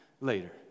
later